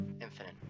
infinite